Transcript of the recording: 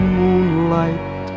moonlight